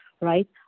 right